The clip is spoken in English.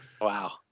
wow